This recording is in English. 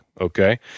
Okay